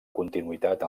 continuïtat